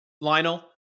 Lionel